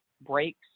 breaks